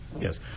Yes